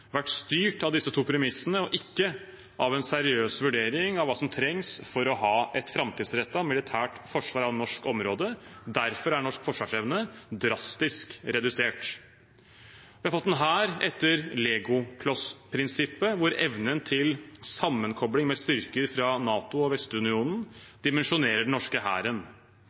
vært styrt av disse to premissene og ikke av en seriøs vurdering av hva som trengs for å ha et framtidsrettet militært forsvar av norsk område. Derfor er norsk forsvarsevne drastisk redusert. Vi har fått en hær etter legoklossprinsippet, hvor evnen til sammenkobling med styrker fra NATO og Vestunionen dimensjonerer den norske hæren.